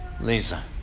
Lisa